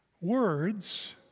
Words